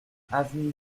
avenue